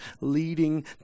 leading